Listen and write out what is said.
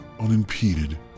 unimpeded